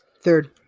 Third